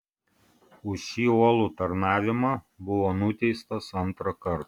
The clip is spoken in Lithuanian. už šį uolų tarnavimą buvo nuteistas antrą kartą